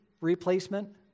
replacement